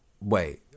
wait